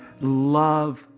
love